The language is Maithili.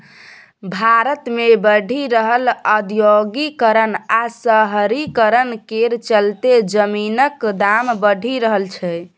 भारत मे बढ़ि रहल औद्योगीकरण आ शहरीकरण केर चलते जमीनक दाम बढ़ि रहल छै